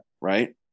right